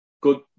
Good